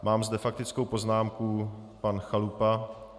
Mám zde faktickou poznámku, pan Chalupa.